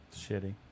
Shitty